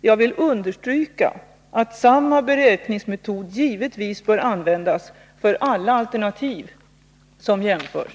Jag vill understryka att samma beräkningsmetod givetvis bör användas för alla alternativ som jämförs.